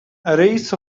arrays